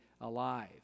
alive